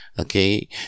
Okay